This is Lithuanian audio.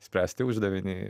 spręsti uždavinį